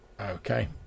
Okay